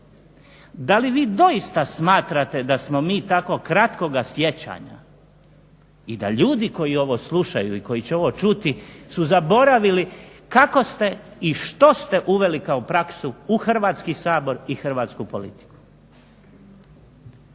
Da li vi doista smatrate da smo mi tako kratkoga sjećanja i da ljudi koji ovo slušaju i koji će ovo čuti su zaboravili kako ste i što ste uveli kao praksu u Hrvatski sabor i hrvatsku politiku.